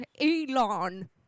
Elon